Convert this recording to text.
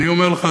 אני אומר לך,